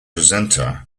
presenter